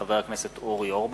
מאת חבר הכנסת אורי אורבך,